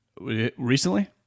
Recently